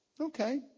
Okay